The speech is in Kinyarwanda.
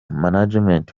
management